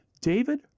David